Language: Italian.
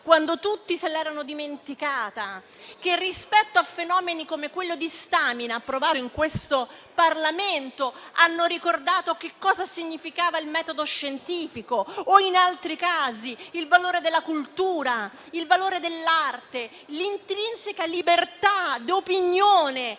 quando tutti se l'erano dimenticata, o che, rispetto a fenomeni come quello del metodo Stamina, approvato in questo Parlamento, hanno ricordato che cosa significava il metodo scientifico o, in altri casi, il valore della cultura e dell'arte e l'intrinseca libertà d'opinione